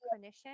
clinician